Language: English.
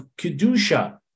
Kedusha